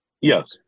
Yes